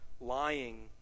lying